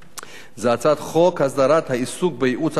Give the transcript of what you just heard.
זו הצעת חוק הסדרת העיסוק בייעוץ השקעות,